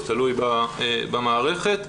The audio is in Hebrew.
תלוי במערכת.